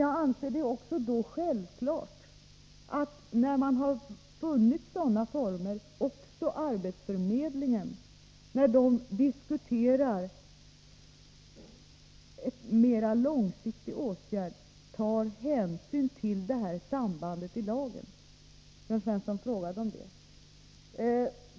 Men när man funnit formerna för det här, skall självfallet arbetsförmedlingen i diskussioner om mera långsiktiga åtgärder ta hänsyn till sambandet mellan ungdomarna i laget — Jörn Svensson frågade om det.